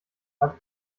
hat